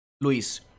Luis